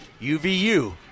UVU